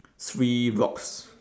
three rocks